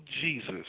Jesus